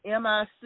MIC